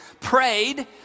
prayed